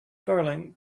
darling